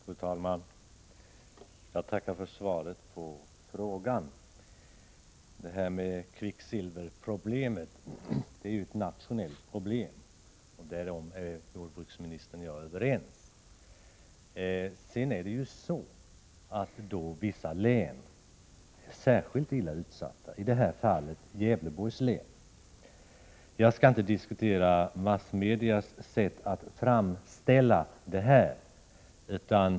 Fru talman! Jag tackar för svaret på frågan. Kvicksilverproblemet är ett nationellt problem, därom är jordbruksministern och jag överens. Sedan är det ju så att vissa län är särskilt illa utsatta, i det här fallet Gävleborgs län. Jag skall inte diskutera massmedias sätt att framställa det här.